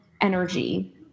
energy